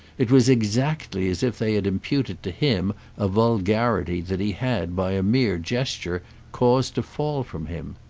it was exactly as if they had imputed to him a vulgarity that he had by a mere gesture caused to fall from him.